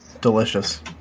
Delicious